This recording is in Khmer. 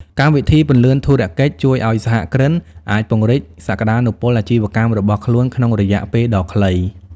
កម្មវិធីពន្លឿនធុរកិច្ចជួយឱ្យសហគ្រិនអាចពង្រីកសក្ដានុពលអាជីវកម្មរបស់ខ្លួនក្នុងរយៈពេលដ៏ខ្លី។